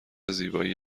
زیبایی